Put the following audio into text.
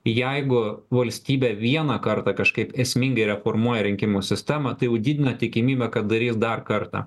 jeigu valstybė vieną kartą kažkaip esmingai reformuoja rinkimų sistemą tai jau didina tikimybę kad darys dar kartą